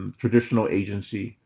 traditional agency.